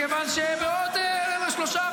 מכיוון שבעוד שלושה,